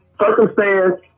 circumstance